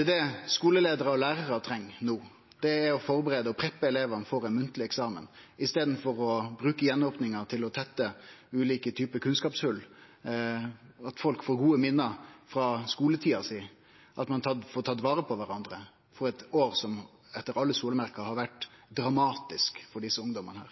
Det skuleleiarar og lærarar treng no, er å førebu og preppe elevane for ein munnleg eksamen – i staden for å bruke gjenopninga til å tette ulike typar kunnskapshol, og at folk får gode minne frå skuletida si, at ein får tatt vare på kvarandre etter eit år som etter alle solemerkar har vore dramatisk for desse ungdomane.